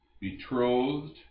betrothed